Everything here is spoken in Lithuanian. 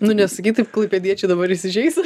nu nesakyk taip klaipėdiečiai dabar įsižeis